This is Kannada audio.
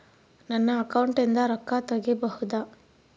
ನನ್ನ ಅಕೌಂಟಿಂದ ರೊಕ್ಕ ತಗಿಬಹುದಾ?